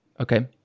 Okay